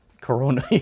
Corona